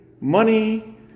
money